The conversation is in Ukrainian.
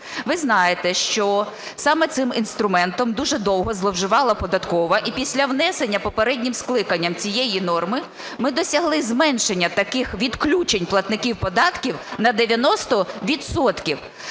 Ви знаєте, що саме цим інструментом дуже довго зловживала податкова, і після внесення, попереднім скликанням, цієї норми ми досягли зменшення таких відключень платників податків на 90